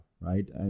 Right